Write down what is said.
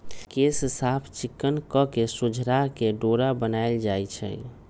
केश साफ़ चिक्कन कके सोझरा के डोरा बनाएल जाइ छइ